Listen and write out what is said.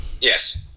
Yes